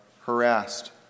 harassed